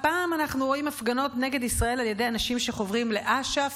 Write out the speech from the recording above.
הפעם אנחנו רואים הפגנות נגד ישראל על ידי אנשים שחוברים לאש"ף,